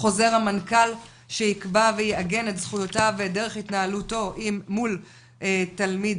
חוזר המנכ"ל שיקבע ויעגן את זכותה ודרך התנהלותו מול תלמיד